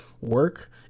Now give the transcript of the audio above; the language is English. work